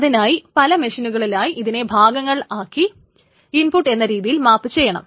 അതിനായി പല മെഷീനുകളിലായി ഇതിനെ ഭാഗങ്ങൾ ആക്കി ഇൻപുട്ട് എന്ന രീതിയിൽ മാപ് ചെയ്യണം